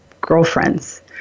girlfriends